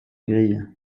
grille